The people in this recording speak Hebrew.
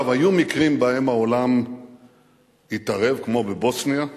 היו מקרים שבהם העולם התערב, כמו בבוסניה,